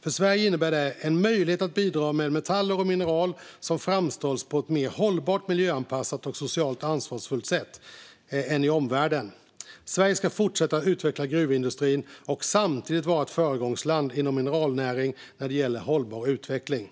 För Sverige innebär det en möjlighet att bidra med metaller och mineral som framställs på ett mer hållbart, miljöanpassat och socialt ansvarsfullt sätt än i omvärlden. Sverige ska fortsätta att utveckla gruvindustrin och samtidigt vara ett föregångsland inom mineralnäringen när det gäller hållbar utveckling.